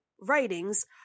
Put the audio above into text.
writings